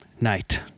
Night